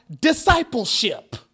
discipleship